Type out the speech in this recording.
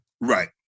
Right